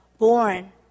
Born